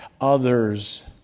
others